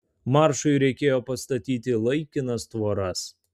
maršui reikėjo pastatyti laikinas tvoras